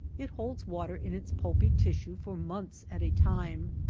it holds water in its pulpy tissue for months at a time,